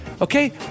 okay